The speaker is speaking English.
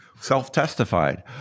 Self-testified